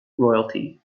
royalty